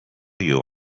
you